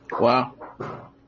Wow